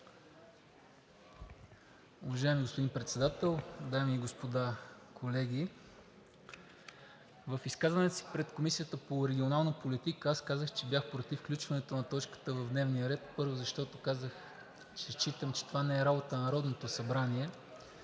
Уважаеми господин Председател, дами и господа колеги! В изказванията си пред Комисията по регионална политика казах, че бях против включването на точката в дневния ред, първо, защото казах, че считам, че това не е работа на Народното събрание.